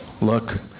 look